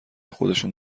خودشون